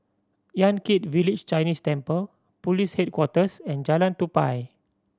Yan Kit Village Chinese Temple Police Headquarters and Jalan Tupai